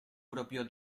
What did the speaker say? propio